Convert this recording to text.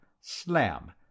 Slam